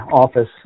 office